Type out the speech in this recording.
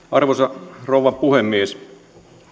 arvoisa rouva puhemies